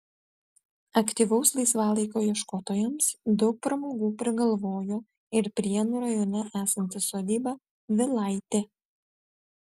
aktyvaus laisvalaikio ieškotojams daug pramogų prigalvojo ir prienų rajone esanti sodyba vilaitė